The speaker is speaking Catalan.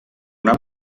una